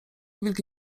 wilki